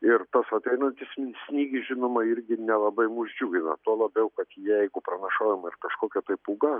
ir tas vat einantis snygis žinoma irgi nelabai mus džiugina tuo labiau kad jeigu pranašaujama ir kažkokia tai pūga